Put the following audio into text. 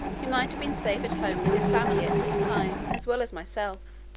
he might have been safe at home with his family at this time, as well as myself.